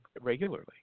regularly